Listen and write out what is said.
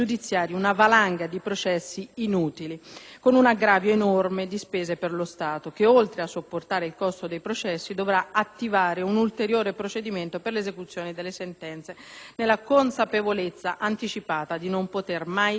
con un aggravio enorme di spese per lo Stato, che, oltre a sopportare il costo dei processi, dovrà attivare un ulteriore procedimento per l'esecuzione delle sentenze, nella consapevolezza anticipata di non poter mai ricavare alcun utile.